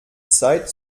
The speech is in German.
zeit